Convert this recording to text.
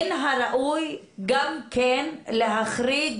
מן הראוי גם כן להחריג